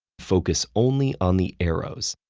focus only on the arrows.